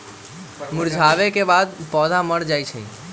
मुरझावे के बाद पौधा मर जाई छई